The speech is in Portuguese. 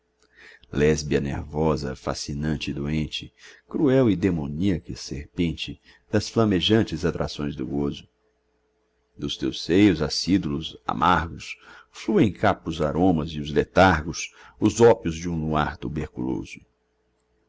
aflitivo lésbia nervosa fascinante e doente cruel e demoníaca serpente das flamejantes atracões do gozo dos teus seios acídulos amargos fluem capros aromas e os letargos os ópios de um luar tuberculoso